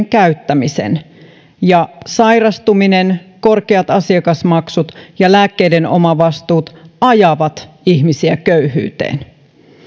käyttämisen ja sairastuminen korkeat asiakasmaksut ja lääkkeiden omavastuut ajavat ihmisiä köyhyyteen